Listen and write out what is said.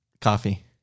Coffee